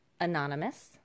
Anonymous